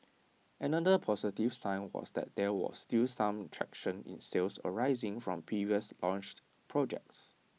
another positive sign was that there was still some traction in sales arising from previously launched projects